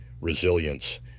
resilience